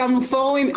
הקמנו פורומים.